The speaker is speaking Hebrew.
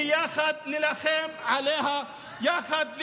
שנילחם עליה יחד,